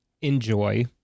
enjoy